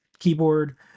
keyboard